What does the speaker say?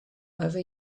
over